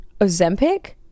Ozempic